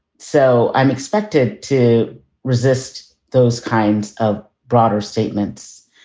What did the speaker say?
so i'm expected to resist those kinds of broader statements.